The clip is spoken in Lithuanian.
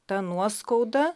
ta nuoskauda